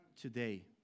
today